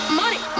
money